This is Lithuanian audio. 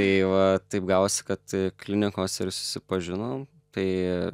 tai va taip gavosi kad klinikos ir susipažinom tai